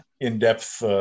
in-depth